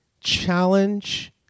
challenge